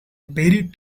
very